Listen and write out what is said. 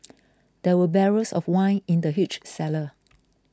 there were barrels of wine in the huge cellar